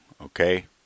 Okay